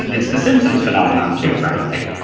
it's the simpson's phenomenon too, right? like,